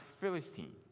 Philistine